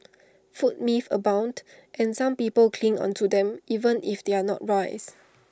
food myths abound and some people cling onto them even if they are not wise